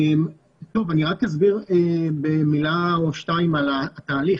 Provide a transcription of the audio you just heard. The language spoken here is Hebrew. אני רק אסביר במילה או שתיים על התהליך.